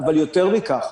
אבל יותר מכך,